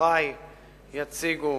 שאחרי יציגו